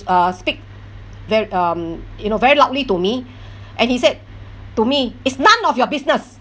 uh speak ve~ um you know very loudly to me and he said to me it's none of your business